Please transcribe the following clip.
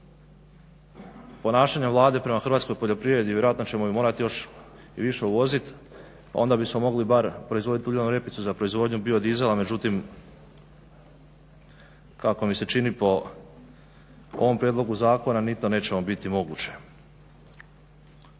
ponašanjem Vlade prema hrvatskoj poljoprivredi vjerojatno ćemo je morati još i više uvoziti, a onda bismo mogli bar proizvoditi uljanu repicu za proizvodnju biodizela međutim kako mi se čini po ovom prijedlogu zakona ni to nećemo biti u